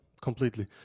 completely